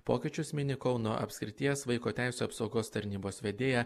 pokyčius mini kauno apskrities vaiko teisių apsaugos tarnybos vedėja